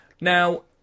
now